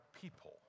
people